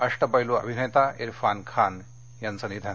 अष्टपेल अभिनेता इरफान खान यांचं निधन